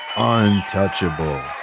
untouchable